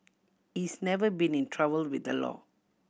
he's never been in trouble with the law